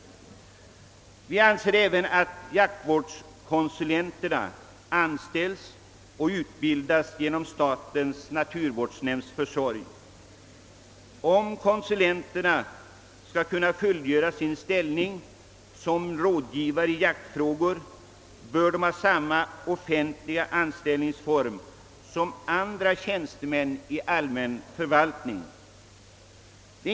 Vi anser även att jaktvårdskonsulenterna bör anställas och utbildas genom statens naturvårdsnämnds försorg. Om konsulenterna skall kunna fullgöra sin uppgift som rådgivare i jaktfrågor bör de ha samma offentliga anställningsform som andra tjänstemän i allmän förvaltning.